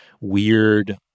weird